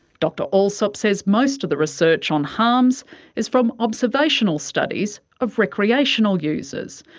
dr allsop says most of the research on harms is from observational studies of recreational users,